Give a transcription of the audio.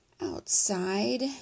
Outside